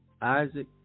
Isaac